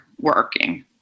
working